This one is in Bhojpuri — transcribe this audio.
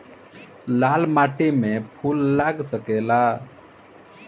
लाल माटी में फूल लाग सकेला?